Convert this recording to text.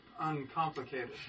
uncomplicated